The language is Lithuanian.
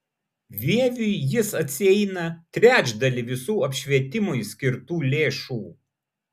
vieviui jis atsieina trečdalį visų apšvietimui skirtų lėšų